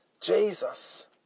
Jesus